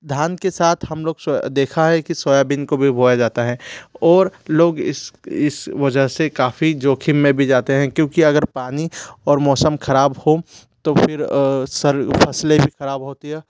और धान के साथ हम लोग सोया देखा है कि सोयाबीन को भी बोया जाता है और लोग इस इस वजह से काफ़ी जोखिम में भी जाते हैं क्योंकि अगर पानी और मौसम खराब हो तो फिर सारी फसलें भी खराब होती है